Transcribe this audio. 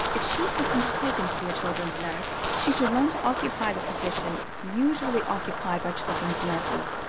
if she has undertaken to be a children's nurse, she should learn to occupy the position usually occupied by children's nurses,